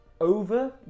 over